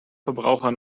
verbraucher